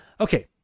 Okay